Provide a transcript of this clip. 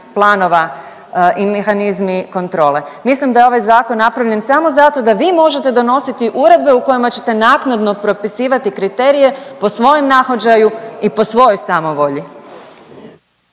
planova i mehanizmi kontrole? Mislim da je ovaj Zakon napravljen samo zato da vi možete donositi uredbe u kojima ćete naknadno propisivati kriteriju po svojem nahođaju i po svojoj samovolji.